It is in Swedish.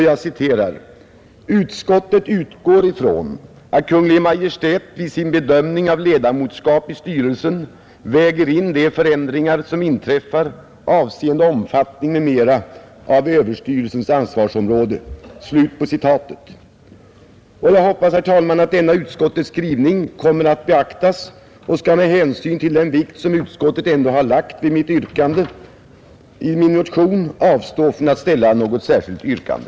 Jag citerar ur utskottets betänkande: ”Utskottet utgår från att Kungl. Maj:t vid sin bedömning av ledamotskap i styrelsen väger in de förändringar som inträffar avseende omfattning m.m. av överstyrelsens ansvarsområde.” Jag hoppas, herr talman, att denna utskottets skrivning kommer att beaktas. Jag skall med hänsyn till den vikt utskottet ändå har lagt vid synpunkterna i min motion avstå från att ställa något särskilt yrkande.